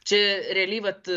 čia realiai vat